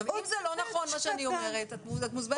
אם זה לא נכון מה שאני אומרת, את מוזמנת להתווכח.